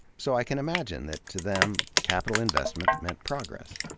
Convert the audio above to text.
so i can imagine that to them, capital investment meant progress.